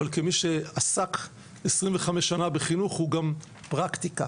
אבל כמי שעסק 25 שנה בחינוך הוא גם פרקטיקה.